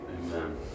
amen